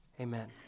Amen